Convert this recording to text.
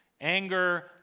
Anger